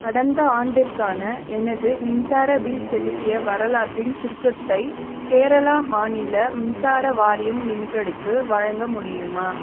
கடந்த ஆண்டிற்கான எனது மின்சார பில் செலுத்திய வரலாற்றின் சுருக்கத்தை கேரளா மாநில மின்சார வாரியம் லிமிடெடுக்கு வழங்க முடியுமா